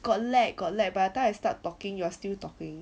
got lag got lag by the time I start talking you're still talking